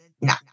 no